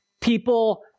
People